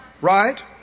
Right